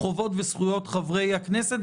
החובות והזכויות של חברי הכנסת,